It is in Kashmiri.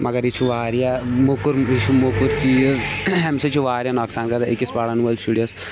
مگر یہِ چھُ واریاہ موٚکُر یہِ چھِ موٚکُر چیٖز اَمہِ سۭتۍ چھِ واریاہ نۄقصان گژھان أکِس پَرن وٲلۍ شُرس